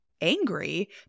angry